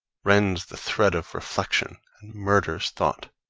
rends the thread of reflection, and murders thought.